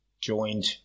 joined